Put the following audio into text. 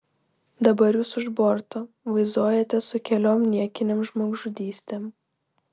dabar jūs už borto vazojatės su keliom niekinėm žmogžudystėm